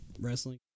wrestling